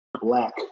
black